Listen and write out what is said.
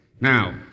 Now